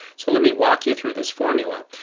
so let me walk you through this formula.